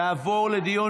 ותעבור לדיון